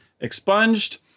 expunged